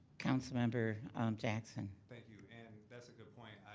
councilmember jackson. thank you, and that's a good point.